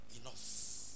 enough